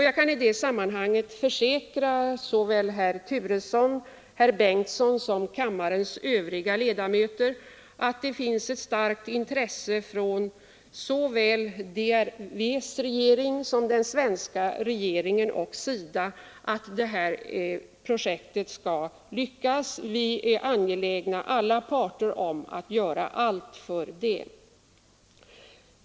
Jag kan i det sammanhanget försäkra såväl herr Turesson som herr förste vice talmannen Bengtson och kammarens övriga ledamöter att det finns ett starkt intresse såväl hos DRV ss regering som hos den svenska regeringen och SIDA för att detta projekt skall lyckas, och alla parter är angelägna om att göra allt för det.